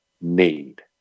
need